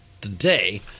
today